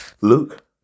Luke